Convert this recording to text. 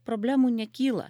problemų nekyla